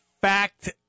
fact